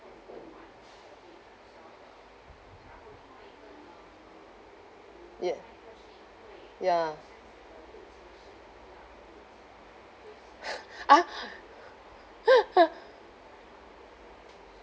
ya ya ah